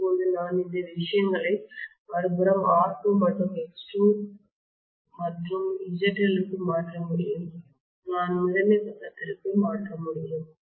இப்போது நான் இந்த விஷயங்களை மறுபுறம் R2 மற்றும் X2 மற்றும் ZLக்கு மாற்ற முடியும் நான் முதன்மை பக்கத்திற்கு மாற்ற முடியும்